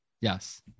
Yes